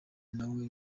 nawe